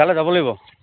তালে যাব লাগিব